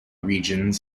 region